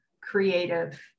creative